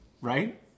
right